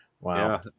Wow